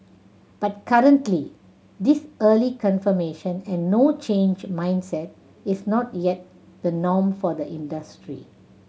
but currently this early confirmation and no change mindset is not yet the norm for the industry